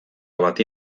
bati